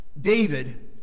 David